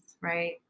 Right